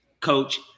coach